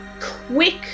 quick